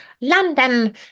London